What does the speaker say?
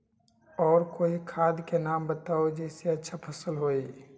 और कोइ खाद के नाम बताई जेसे अच्छा फसल होई?